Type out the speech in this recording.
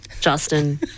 Justin